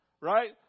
right